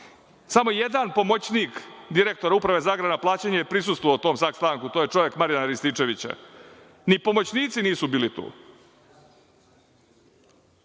jedan pomoćnik direktora Uprave za agrarna plaćanja je prisustvovao tom sastanku. To je čovek Marijana Rističevića, ni pomoćnici nisu bili tu.